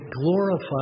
glorify